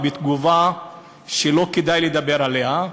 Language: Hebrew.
ובתגובה שלא כדאי לדבר עליה,